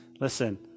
listen